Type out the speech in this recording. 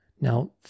Now